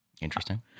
Interesting